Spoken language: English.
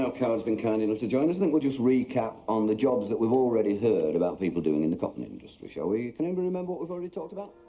so coward has been kind enough to join us, i think we'll just recap on the jobs that we've already heard about people doing in the cotton industry, shall we? can anybody remember what we've already talked about?